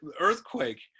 earthquake